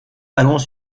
allons